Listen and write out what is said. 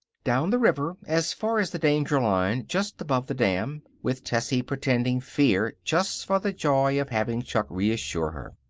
down the river as far as the danger line just above the dam, with tessie pretending fear just for the joy of having chuck reassure her.